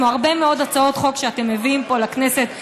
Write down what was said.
כמו הרבה מאוד הצעות חוק שאתם מביאים פה לכנסת,